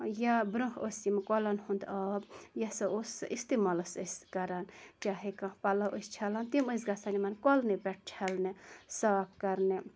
یا برٛونٛہہ اوس یِم کۄلَن ہُنٛد آب یہِ ہَسا اوس اِستِعمالَس أسۍ کَران چاہے کانٛہہ پَلَو ٲسۍ چھَلان تِم ٲسۍ گَژھان یِمَن کۄلنٕے پٮ۪ٹھ چھَلنہِ صاف کَرنہِ